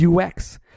UX